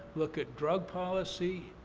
look at drug policy.